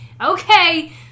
okay